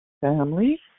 family